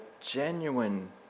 genuine